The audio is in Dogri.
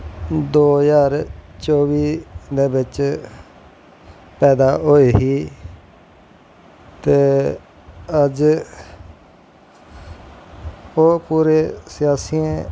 दो जाह्र चौह्वी दै बिच्च पैदा होई ही अज्ज ओह् पूरे छिआसियें